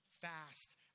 fast